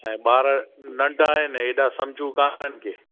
छा आहे ॿार नंढा आहिनि एॾा सम्झूं कोन हिनखे